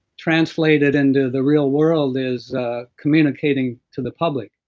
translated into the real world is communicating to the public.